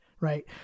Right